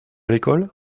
l’école